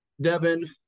Devin